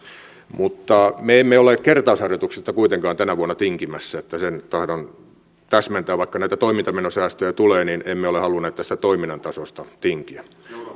mutta me emme ole kertausharjoituksista kuitenkaan tänä vuonna tinkimässä sen tahdon täsmentää vaikka näitä toimintamenosäästöjä tulee emme ole halunneet tästä toiminnan tasosta tinkiä